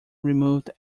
removed